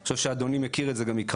אני חושב שאדוני מכיר את זה גם מקרוב,